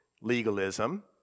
legalism